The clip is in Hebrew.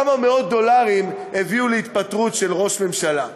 כמה מאות דולרים הביאו להתפטרות של ראש ממשלה.